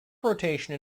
rotation